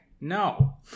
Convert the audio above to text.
No